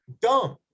dumb